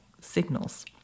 signals